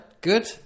good